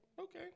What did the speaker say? Okay